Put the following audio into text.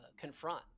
confront